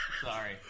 Sorry